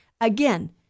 Again